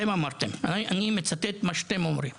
אתם אמרתם את זה, אני מצטט את מה שאתם אומרים.